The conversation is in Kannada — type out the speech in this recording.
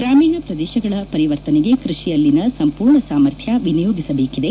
ಗ್ರಾಮೀಣ ಪ್ರದೇಶಗಳ ಪರಿವರ್ತನೆಗೆ ಕೃಷಿಯಲ್ಲಿನ ಸಂಪೂರ್ಣ ಸಾಮರ್ಥ್ಯ ವಿನಿಯೋಗಿಸಬೇಕಿದೆ